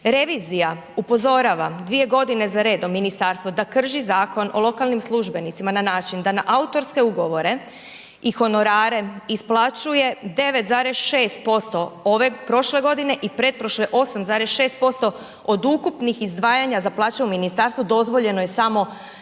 Revizija upozorava 2.g. za redom ministarstvo da krši Zakon o lokalnim službenicima na način da na autorske ugovore i honorare isplaćuje 9,6% prošle godine i pretprošle 8,6%, od ukupnih izdvajanja za plaće u ministarstvu dozvoljeno je samo